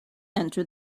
enter